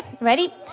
Ready